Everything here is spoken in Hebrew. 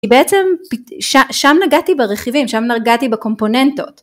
כי בעצם שם נגעתי ברכיבים, שם נגעתי בקומפוננטות.